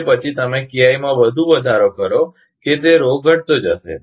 તે પછી તમે KI માં વધુ વધારો કરો કે તે ઘટતો જશે